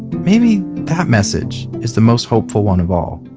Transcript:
maybe that message is the most hopeful one of all